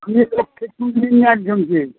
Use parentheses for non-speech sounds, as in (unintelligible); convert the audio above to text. আমি তো (unintelligible) একজনকে